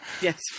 Yes